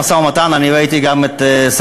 מישהו מונע היום מחקלאי להדביק על כל עגבנייה